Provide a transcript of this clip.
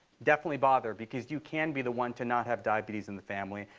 definitely bother, because you can be the one to not have diabetes in the family.